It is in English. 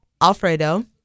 Alfredo